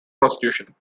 prostitution